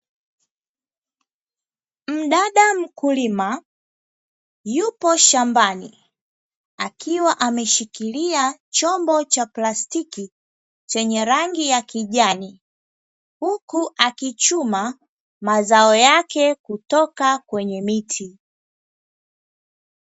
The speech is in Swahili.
Mdada mkulima yupo shambani, akiwa ameshikilia chombo cha plastiki chenye rangi ya kijani, huku akichuma mazao yake kutoka kwenye miti.